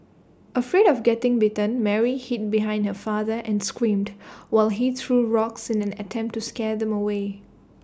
afraid of getting bitten Mary hid behind her father and screamed while he threw rocks in an attempt to scare them away